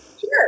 Sure